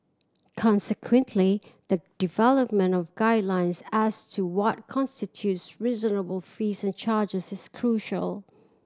consequently the development of guidelines as to what constitutes reasonable fees and charges is crucial